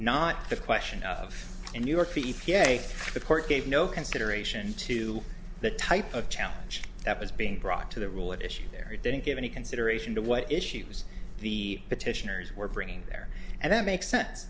not the question of in new york e t a the court gave no consideration to the type of challenge that was being brought to the rule at issue there didn't give any consideration to what issues the petitioners were bringing there and that makes sense